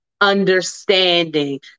understanding